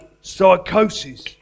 psychosis